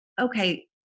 okay